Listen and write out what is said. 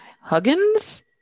huggins